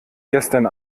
gestern